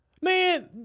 man